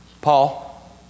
Paul